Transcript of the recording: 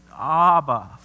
Abba